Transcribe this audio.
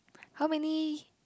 how many